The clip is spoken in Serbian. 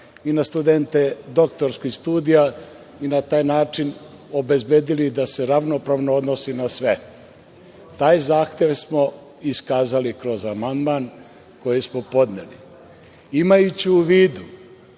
i na studente doktorskih studija, i na taj način obezbedili da se ravnopravno odnosi na sve. Taj zahtev smo iskazali kroz amandman koji smo podneli. Imajući u vidu